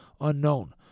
Unknown